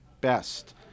best